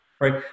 right